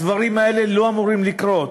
הדברים האלה לא אמורים לקרות.